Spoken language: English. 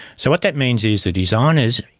so what that means is the designers,